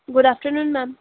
good afternoon ma'am